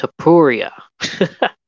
Tapuria